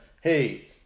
hey